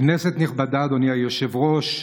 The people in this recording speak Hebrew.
כנסת נכבדה, אדוני היושב-ראש,